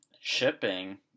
shipping